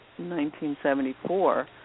1974